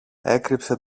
έκρυψε